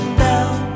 down